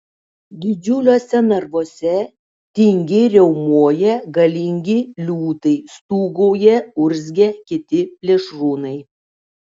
didžiuliuose narvuose tingiai riaumoja galingi liūtai stūgauja urzgia kiti plėšrūnai